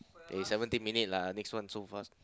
eh seventeen minute lah next one so fast